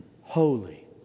holy